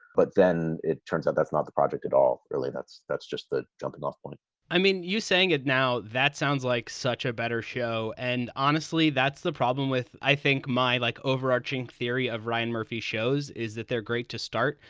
but then it turns out that's not the project at all. really, that's that's just the jumping off point i mean, you're saying it now. that sounds like such a better show. and honestly, that's the problem with. i think my, like, overarching theory of ryan murphy shows is that they're great to start,